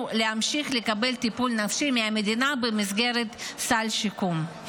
להמשיך לקבל טיפול נפשי מהמדינה במסגרת סל שיקום.